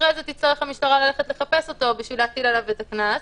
אחרי זה תצטרך המשטרה ללכת לחפש אותו בשביל להטיל עליו את הקנס,